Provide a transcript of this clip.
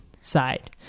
side